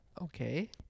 Okay